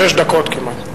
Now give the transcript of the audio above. עוד שש דקות כמעט.